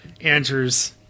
Andrew's